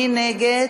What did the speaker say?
מי נגד?